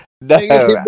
No